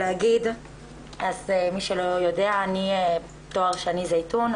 אז מי שלא יודע, אני טוהר שני זייתון.